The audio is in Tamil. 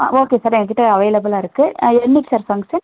ஆ ஓகே சார் எங்கள் கிட்டே அவைலபுளாக இருக்குது என்றைக்கு சார் ஃபங்சன்